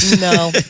no